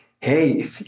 Hey